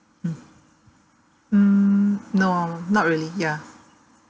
mm mm no not really ya